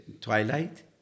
twilight